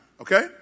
okay